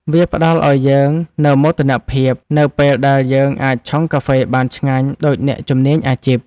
វាផ្ដល់ឱ្យយើងនូវមោទនភាពនៅពេលដែលយើងអាចឆុងកាហ្វេបានឆ្ងាញ់ដូចអ្នកជំនាញអាជីព។